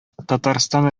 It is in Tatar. татарстан